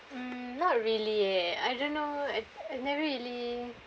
mm not really eh I don't know I I never really